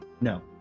No